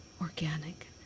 organic